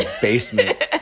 basement